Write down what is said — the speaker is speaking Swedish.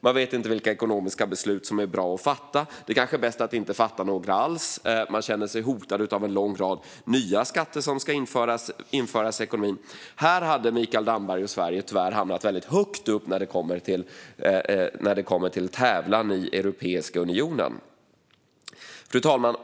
Man vet inte vilka ekonomiska beslut som är bra att fatta - det kanske är bäst att inte fatta några alls. Man känner sig hotad av en lång rad nya skatter som ska införas i ekonomin. Här hade Mikael Damberg och Sverige tyvärr hamnat väldigt högt upp i en tävlan i Europeiska unionen. Fru talman!